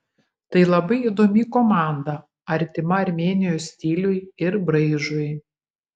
tai labai įdomi komanda artima armėnijos stiliui ir braižui